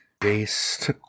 based